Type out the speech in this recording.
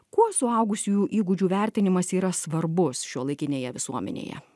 kuo suaugusiųjų įgūdžių vertinimas yra svarbus šiuolaikinėje visuomenėje